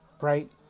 right